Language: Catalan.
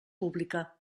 pública